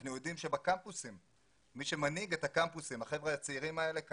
אנחנו יודעים שמי שמנהיג את הקמפוסים החבר'ה הצעירים האלה,